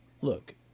Look